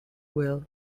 will